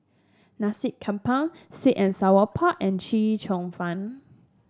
Nasi Campur sweet and Sour Pork and Chee Cheong Fun